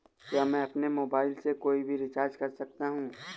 क्या मैं अपने मोबाइल से कोई भी रिचार्ज कर सकता हूँ?